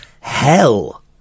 hell